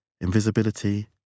Invisibility